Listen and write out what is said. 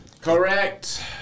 Correct